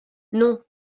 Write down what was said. non